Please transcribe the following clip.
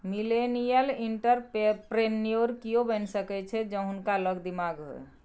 millennial entrepreneur कियो बनि सकैत छथि जौं हुनका लग दिमाग होए